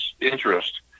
interest